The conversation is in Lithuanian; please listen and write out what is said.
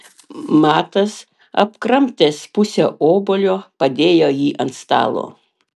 matas apkramtęs pusę obuolio padėjo jį ant stalo